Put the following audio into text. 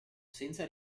senza